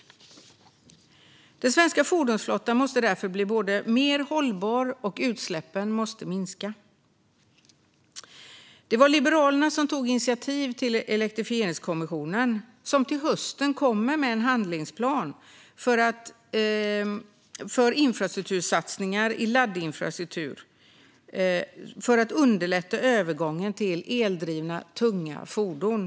Därför måste den svenska fordonsflottan bli mer hållbar, och utsläppen måste minska. Det var Liberalerna som tog initiativ till Elektrifieringskommissionen, som till hösten kommer med en handlingsplan för infrastruktursatsningar i laddinfrastruktur, för att underlätta övergången till eldrivna, tunga fordon.